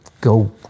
go